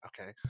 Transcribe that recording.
okay